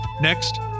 next